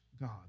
God